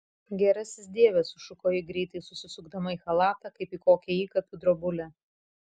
gerasis dieve sušuko ji greitai susisukdama į chalatą kaip į kokią įkapių drobulę